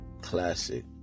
Classic